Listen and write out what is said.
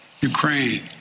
Ukraine